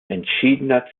entschiedener